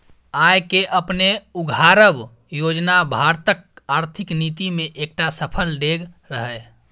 आय केँ अपने उघारब योजना भारतक आर्थिक नीति मे एकटा सफल डेग रहय